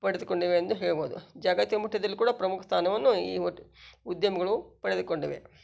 ಪಡೆದುಕೊಂಡಿವೆ ಎಂದು ಹೇಳಬಹುದು ಜಾಗತಿಕ ಮಟ್ಟದಲ್ಲೂ ಕೂಡ ಪ್ರಮುಖ ಸ್ಥಾನವನ್ನು ಈ ಹೊಟ್ ಉದ್ಯಮಗಳು ಪಡೆದುಕೊಂಡಿವೆ